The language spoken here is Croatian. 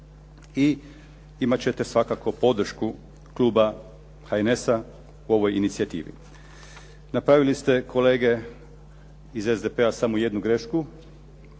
I imat ćete svakako podršku kluba HNS-a u ovoj inicijativi. Napravili ste kolege iz SDP-a smo jednu grešku,